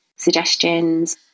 suggestions